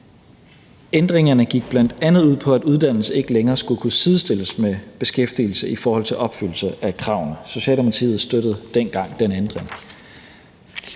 Ændringerne gik bl.a. ud på, at uddannelse ikke længere skulle kunne sidestilles med beskæftigelse i forhold til opfyldelse af kravene. Socialdemokratiet støttede dengang den ændring.